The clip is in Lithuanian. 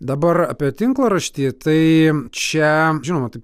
dabar apie tinklaraštį tai čia žinoma taip